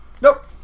Nope